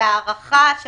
וההארכה של